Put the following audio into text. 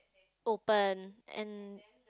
open and